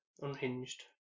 unhinged